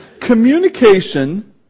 communication